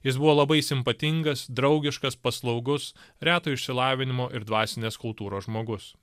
jis buvo labai simpatingas draugiškas paslaugus reto išsilavinimo ir dvasinės kultūros žmogus